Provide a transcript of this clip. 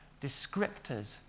descriptors